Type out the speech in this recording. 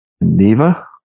Neva